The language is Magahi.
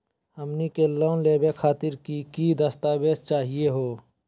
हमनी के लोन लेवे खातीर की की दस्तावेज चाहीयो हो?